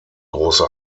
große